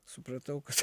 supratau kad